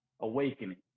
Awakening